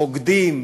בוגדים,